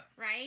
right